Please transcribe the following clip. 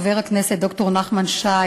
חבר הכנסת ד"ר נחמן שי,